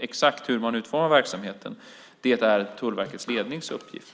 Exakt hur man utformar verksamheten är Tullverkets lednings uppgift.